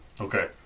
Okay